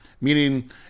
Meaning